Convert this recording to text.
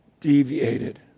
Deviated